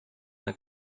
una